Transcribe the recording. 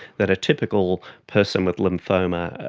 that a typical person with lymphoma,